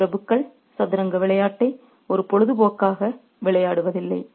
இந்த பிரபுக்கள் சதுரங்க விளையாட்டை ஒரு பொழுதுபோக்காக விளையாடுவதில்லை